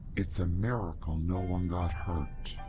it's a miracle no one got hurt.